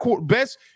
best –